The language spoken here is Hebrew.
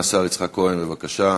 סגן השר יצחק כהן, בבקשה,